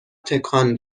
تکان